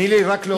תני לי רק להודות.